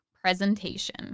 presentation